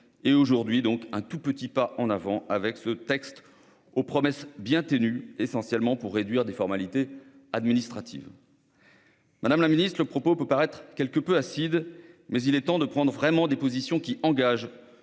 et, aujourd'hui, un tout petit pas en avant avec ce texte aux promesses bien ténues, portant essentiellement sur l'allègement des formalités administratives. Madame la ministre, le propos peut paraître quelque peu acide, mais il est temps de prendre des positions qui engagent